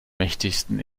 mächtigsten